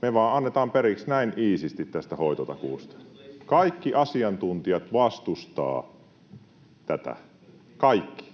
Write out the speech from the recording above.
Kuka siellä valiokunnassa istuu?] Kaikki asiantuntijat vastustavat tätä — kaikki